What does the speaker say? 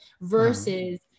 versus